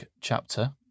chapter